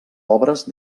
obres